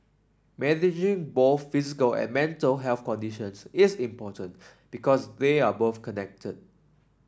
managing both physical and mental health conditions is important because they are both connected